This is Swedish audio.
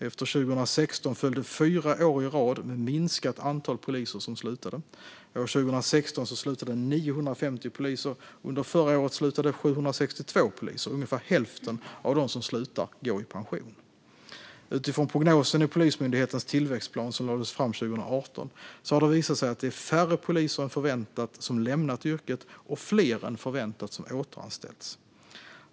Efter 2016 följde fyra år i rad med ett minskat antal poliser som slutade. År 2016 slutade 950 poliser, och under förra året slutade 762 poliser. Ungefär hälften av de som slutar går i pension. Utifrån prognosen i Polismyndighetens tillväxtplan, som lades fram 2018, har det visat sig att det är färre poliser än förväntat som lämnat yrket och fler än förväntat som återanställts.